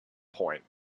point